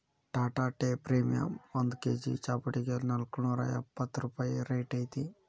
Tata tea premium ಒಂದ್ KG ಚಾಪುಡಿಗೆ ನಾಲ್ಕ್ನೂರಾ ಎಪ್ಪತ್ ರೂಪಾಯಿ ರೈಟ್ ಐತಿ